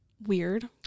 weird